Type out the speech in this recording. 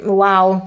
wow